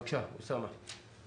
בבקשה, אוסאמה.